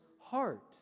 heart